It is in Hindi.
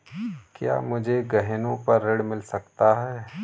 क्या मुझे गहनों पर ऋण मिल सकता है?